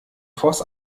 vors